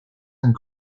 and